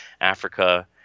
Africa